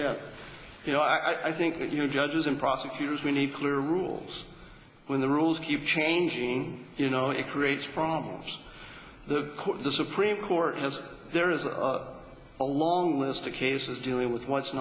yeah you know i think that you know judges and prosecutors we need clear rules when the rules keep changing you know it creates problems the court the supreme court has there is a long list of cases dealing with w